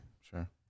Sure